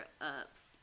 ups